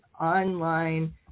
online